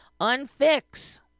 Unfix